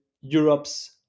Europe's